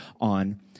on